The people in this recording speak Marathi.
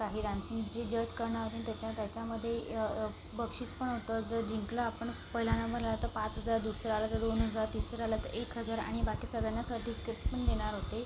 काही डान्सिंगचे जज करणार होते आणि त्याच्या त्याच्यामध्ये बक्षीस पण होतं जर जिंकलं आपण पहिला नंबरला आलं तर पाच हजार दुसरा आलं तर दोन हजार तिसरा आलं तर एक हजार आणि बाकी सगळ्यांना सर्टिफिकेट्स पण देणार होते